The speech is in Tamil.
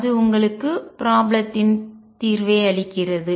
அது உங்களுக்கு ப்ராப்ளம் த்தின் தீர்வை அளிக்கிறது